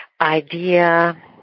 Idea